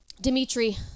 Dimitri